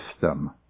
system